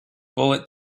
bullet